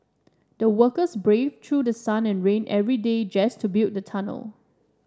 the workers braved through sun and rain every day just to build the tunnel